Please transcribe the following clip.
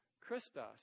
Christos